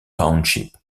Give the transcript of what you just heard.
township